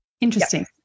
interesting